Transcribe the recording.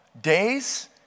days